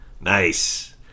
Nice